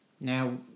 now